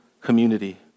community